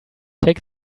take